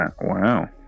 wow